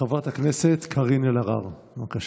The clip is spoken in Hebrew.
חברת הכנסת קארין אלהרר, בבקשה.